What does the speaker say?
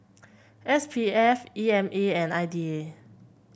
S P F E M A and I D A